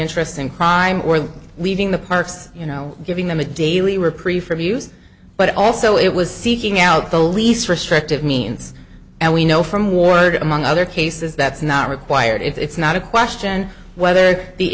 interest in crime or leaving the parks you know giving them a daily reprieve for abuse but also it was seeking out the least restrictive means and we know from ward among other cases that's not required it's not a question whether the